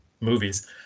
movies